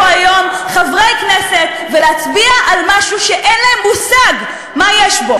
הולכים לשבת פה היום חברי כנסת ולהצביע על משהו שאין להם מושג מה יש בו.